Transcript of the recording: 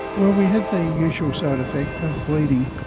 well, we had the usual side-effect of bleeding.